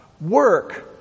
Work